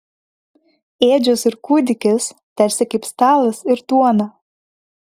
ėdžios ir kūdikis tarsi kaip stalas ir duona